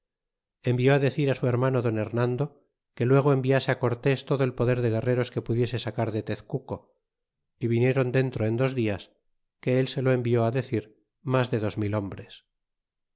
envió decir su hermano don hernando que luego enviase cortés todo el poder de guerreros que pudiese sacar de tezcuco y vinieron dentro en dos dias que él se lo envió decir mas de dos mil hombres